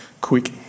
quick